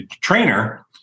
trainer